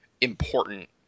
important